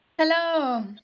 hello